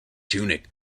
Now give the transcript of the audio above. tunic